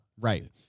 right